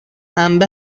انبه